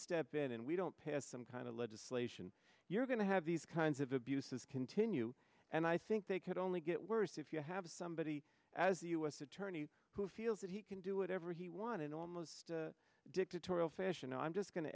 step in and we don't pass some kind of legislation you're going to have these kinds of abuses continue and i think they could only get worse if you have somebody as the u s attorney who feels that he can do whatever he wanted almost a dictatorial fashion and i'm just going to